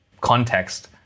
context